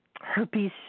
herpes